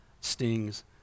stings